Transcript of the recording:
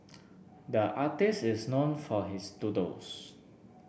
the artist is known for his doodles